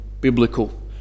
biblical